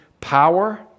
power